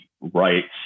rights